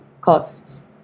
costs